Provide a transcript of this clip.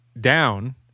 down